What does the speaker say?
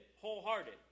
wholehearted